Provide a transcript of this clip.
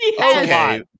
okay